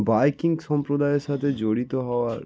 biking সম্প্রদায়ের সাথে জড়িত হওয়ার